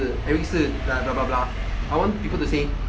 eric 是 blah blah blah I want people to say